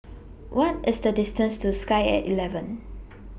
What IS The distance to Sky At eleven